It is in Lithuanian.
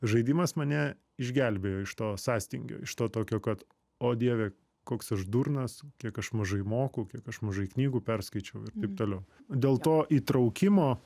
žaidimas mane išgelbėjo iš to sąstingio iš to tokio kad o dieve koks aš durnas kiek aš mažai moku kiek aš mažai knygų perskaičiau ir taip toliau dėl to įtraukimo